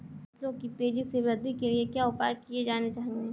फसलों की तेज़ी से वृद्धि के लिए क्या उपाय किए जाने चाहिए?